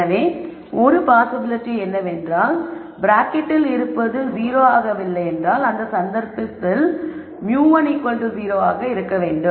எனவே ஒரு பாசிபிலிட்டி என்னவென்றால் ப்ராக்கெட்டில் இருப்பது 0 ஆக இல்லையென்றால் அந்த சந்தர்ப்பத்தில் μ10 ஆக இருக்க வேண்டும்